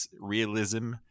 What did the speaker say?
realism